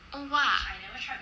oh !wah!